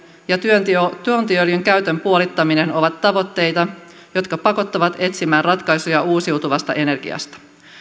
ja tuontiöljyn käytön puolittaminen ovat tavoitteita jotka pakottavat etsimään ratkaisuja uusiutuvasta energiasta